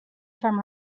from